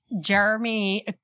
Jeremy